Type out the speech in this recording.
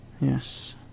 Yes